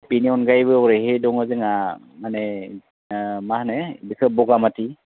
बेनि अनगायैबो हरैहाय दङ जोंहा माने ओ मा होनो बेखौ बगामाथि